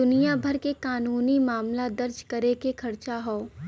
दुनिया भर के कानूनी मामला दर्ज करे के खांचा हौ